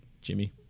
Jimmy